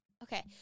Okay